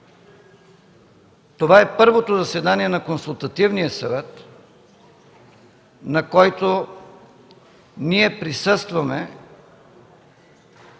Това е първото заседание на Консултативния съвет, на което ние присъстваме,